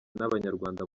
n’abanyarwanda